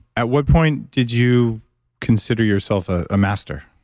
at what point did you consider yourself a master?